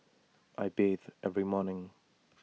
I bathe every morning